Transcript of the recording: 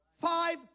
Five